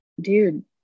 dude